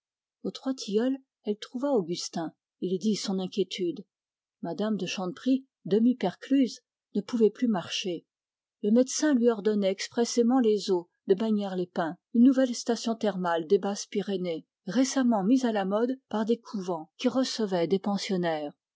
aux trois tilleuls elle trouva augustin il dit son inquiétude mme de chanteprie ne pouvait plus marcher le médecin lui ordonnait expressément les eaux d'une station thermale des basses pyrénées récemment mise à la mode par des couvents qui recevaient des pensionnaires